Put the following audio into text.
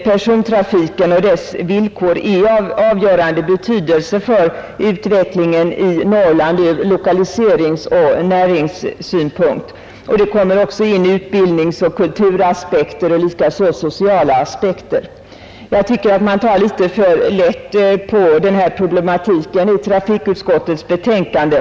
Persontrafiken och dess villkor är av avgörande betydelse för utvecklingen i Norrland ur lokaliseringsoch näringssynpunkt. Det kommer även in utbildningsoch kulturaspekter och sociala aspekter. Jag tycker att man tar litet för lätt på hela denna problematik i trafikutskottets betänkande.